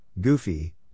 Goofy